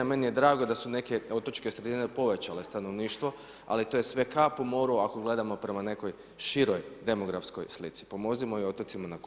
Meni je drago da su neke otočne sredine povećale stanovništvo, ali to je sve kap u moru ako gledamo prema nekoj široj demografskoj slici pomozimo i ovim otocima na kopnu.